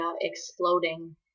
exploding